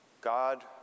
God